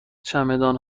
چمدان